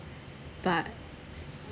but